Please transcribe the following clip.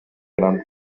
gran